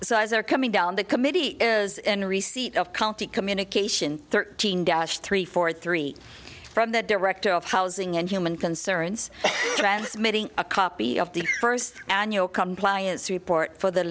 as they are coming down the committee is in receipt of county communication thirteen dash three for three from the director of housing and human concerns transmitting a copy of the first annual compliance report for the